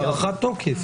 זה הארכת תוקף.